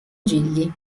gigli